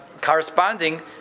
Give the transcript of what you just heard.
corresponding